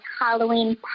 Halloween